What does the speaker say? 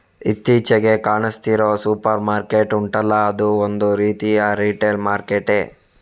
ಇತ್ತೀಚಿಗೆ ಕಾಣಿಸ್ತಿರೋ super market ಉಂಟಲ್ಲ ಅದೂ ಒಂದು ರೀತಿಯ ರಿಟೇಲ್ ಮಾರ್ಕೆಟ್ಟೇ